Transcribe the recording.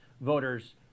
voters